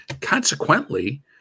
Consequently